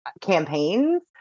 campaigns